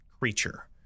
creature